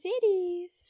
cities